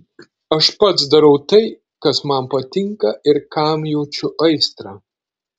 aš pats darau tai kas man patinka ir kam jaučiu aistrą